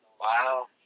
Wow